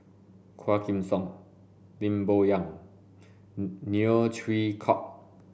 Quah Kim Song Lim Bo Yam Neo Chwee Kok